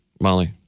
Molly